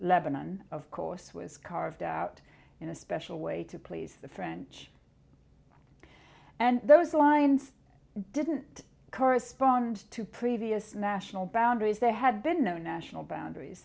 lebanon of course was carved out in a special way to please the french and those lines didn't correspond to previous national boundaries there had been no national boundaries